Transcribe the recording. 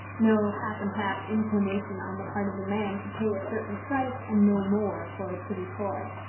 no half-and-half inclination on the part of the man to pay a certain price and no more for a pretty toy.